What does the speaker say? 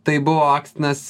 tai buvo akstinas